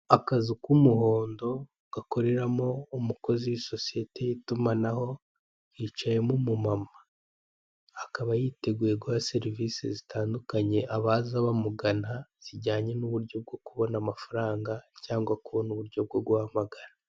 Akazu k'umuhondo gakorerwamo umukozo w'isosiyete y'itumanaho, Hicayemo umumama akaba yiteguye guha serivise zitandukanye, abaza bamugana zijyanye n'uburyo bwo kubona amafaranga cyangwa kubona uburyo bwo guhamagara.